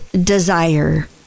desire